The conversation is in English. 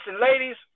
ladies